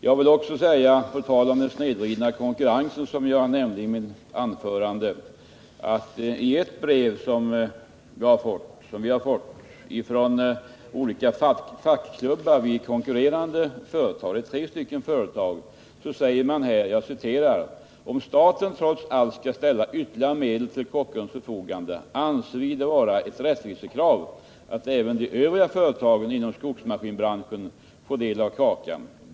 Jag vill också, på tal om den snedvridna konkurrensen som jag tidigare kommenterat, konstatera att i ett brev som vi har fått från fackklubbarna vid tre konkurrerande företag anför man följande: Om staten trots allt skall ställa ytterligare medel till Kockums förfogande, anser vi det vara ett rättvisekrav att även de övriga företagen inom skogsmaskinbranschen får del av kakan.